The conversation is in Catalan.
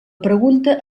pregunta